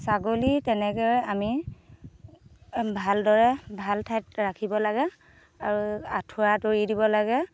ছাগলী তেনেকৈ আমি ভাল দৰে ভাল ঠাইত ৰাখিব লাগে আৰু আঁঠুৱা তৰি দিব লাগে